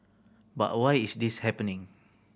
but why is this happening